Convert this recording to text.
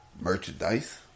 merchandise